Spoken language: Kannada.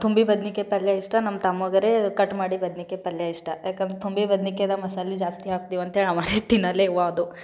ತುಂಬಿ ಬದ್ನಿಕಾಯಿ ಪಲ್ಯ ಇಷ್ಟ ನಮ್ಮ ತಮ್ಮಗಾರೆ ಕಟ್ ಮಾಡಿ ಬದ್ನಿಕಾಯಿ ಪಲ್ಯ ಇಷ್ಟ ಯಾಕಂ ತುಂಬಿ ಬದ್ನಿಕಾಯ್ದಾಗ ಮಸಾಲೆ ಜಾಸ್ತಿ ಹಾಕ್ತಿವಂತೇಳ್ ಅವರೆ ತಿನ್ನಲೇವ ಅದು